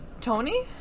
Tony